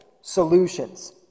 solutions